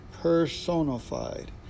personified